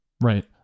Right